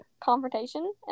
confrontation